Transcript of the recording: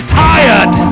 tired